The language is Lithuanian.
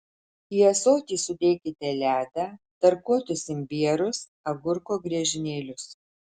į ąsotį sudėkite ledą tarkuotus imbierus agurko griežinėlius